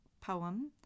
poem